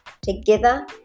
together